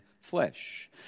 flesh